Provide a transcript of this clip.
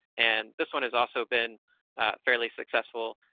and this one has also been fairly successful.